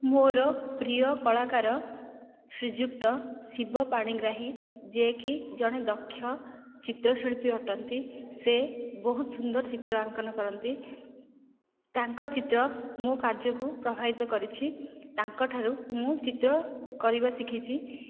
ମୋର ପ୍ରିୟ କଳାକାର ଶ୍ରୀଯୁକ୍ତ ଶିବ ପାଣିଗ୍ରାହୀ ଯିଏକି ଜଣେ ଦକ୍ଷ ଚିତ୍ରଶିଳ୍ପୀ ଅଟନ୍ତି ସେ ବହୁତ ସୁନ୍ଦର ଚିତ୍ର ଅଙ୍କନ କରନ୍ତି ତାଙ୍କ ଚିତ୍ର ମୋ କାର୍ଯ୍ୟକୁ ପ୍ରଭାବିତ କରିଛି ତାଙ୍କଠାରୁ ମୁଁ ଚିତ୍ର କରିବା ଶିଖିଛି